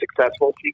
successful